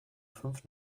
fünf